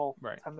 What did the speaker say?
Right